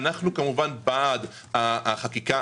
אנחנו בעד החקיקה,